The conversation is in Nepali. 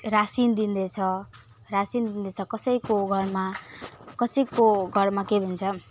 रासिन दिँदैछ र रासिन दिँदैछ कसैको घरमा कसैको घरमा के भन्छ